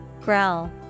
growl